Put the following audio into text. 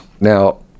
Now